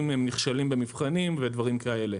אם הם נכשלים במבחנים ודברים כאלה.